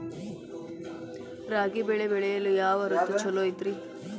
ರಾಗಿ ಬೆಳೆ ಬೆಳೆಯಲು ಯಾವ ಋತು ಛಲೋ ಐತ್ರಿ?